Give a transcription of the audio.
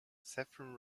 saffron